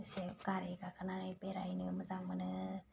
गारि गाखोनानै बेरायनो मोजां मोनो